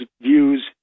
views